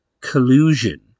collusion